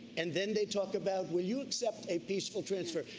and then they talk about, will you accept a peaceful transfer.